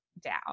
down